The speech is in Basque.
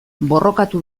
borrokatu